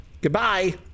goodbye